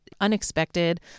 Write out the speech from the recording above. unexpected